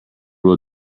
will